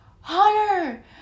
Hunter